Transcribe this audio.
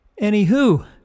Anywho